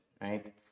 right